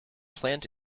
plant